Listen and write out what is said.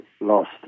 lost